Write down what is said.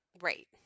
Right